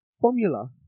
formula